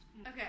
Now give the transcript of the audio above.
Okay